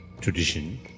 tradition